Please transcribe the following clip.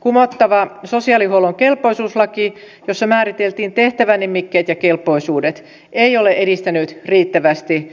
kumottava sosiaalihuollon kelpoisuuslaki jossa määriteltiin tehtävänimikkeet ja kelpoisuudet ei ole edistänyt riittävästi